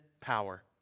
power